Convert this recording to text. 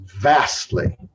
vastly